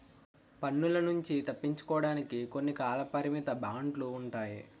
పన్నుల నుంచి తప్పించుకోవడానికి కొన్ని కాలపరిమిత బాండ్లు ఉంటాయి